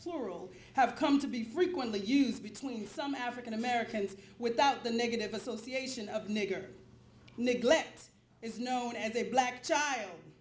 plural have come to be frequently used between some african americans without the negative association of nigger nigger let is known as a black